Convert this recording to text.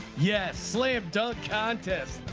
yes slam dunk contest.